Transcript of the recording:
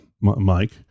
Mike